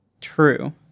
True